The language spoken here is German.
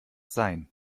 sein